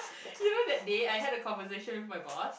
you know that day I had the conversation with my boss